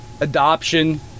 adoption